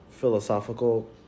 philosophical